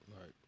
Right